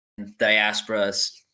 diasporas